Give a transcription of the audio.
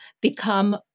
become